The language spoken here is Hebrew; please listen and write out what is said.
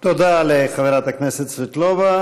תודה לחברת הכנסת סבטלובה.